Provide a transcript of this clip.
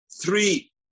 Three